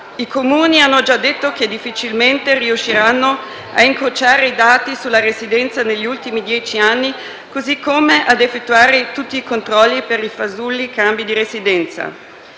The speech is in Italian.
I Comuni hanno già detto che difficilmente riusciranno a incrociare i dati sulla residenza degli ultimi dieci anni, così come a effettuare tutti i controlli per i fasulli cambi di residenza,